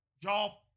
Y'all